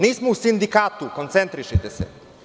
Nismo u sindikatu, koncentrišite se.